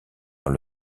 dans